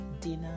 dinner